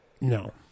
No